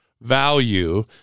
value